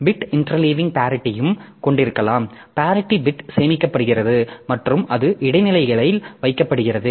bit interleave பேரிட்டியையும் கொண்டிருக்கலாம் parity bit சேமிக்கப்படுகிறது மற்றும் அது இடைநிலைகளில் வைக்கப்படுகிறது